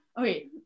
Okay